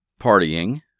partying